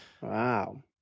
Wow